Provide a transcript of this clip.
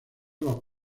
los